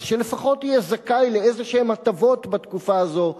אז שלפחות יהיה זכאי להטבות כלשהן בתקופה הזאת,